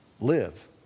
live